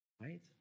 right